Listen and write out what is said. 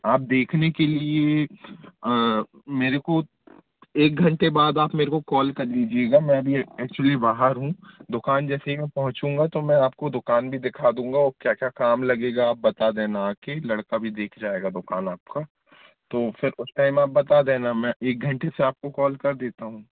आप देखने के लिए मेरे काे एक घंटे बाद आप मेरे को कॉल कर लीजिएगा मैं अभी एक्चुली बाहर हूँ दुकान जैसे ही मैं पहुँचगा तो मैं आपको दुकान भी दिखा दूँगा ओ क्या क्या काम लगेगा आप बता देना आ कर लड़का भी देख जाएगा दुकान आपका तो फिर उस टाइम आप बता देना मैं एक घंटे से आपको कॉल कर देता हूँ